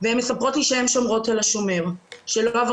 והן מספרות לי שהן שומרות על השומר שלא עבר